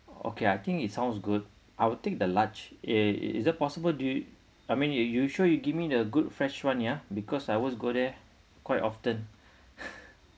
okay I think it sounds good I will take the large eh it's that possible do I mean you you sure you give me a good fresh one ya because I always go there quite often